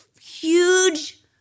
huge